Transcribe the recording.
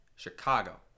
Chicago